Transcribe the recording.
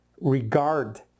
regard